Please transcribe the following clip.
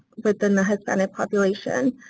within the hispanic population.